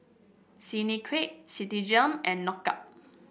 Clinique Citigem and Knockout